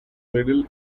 middle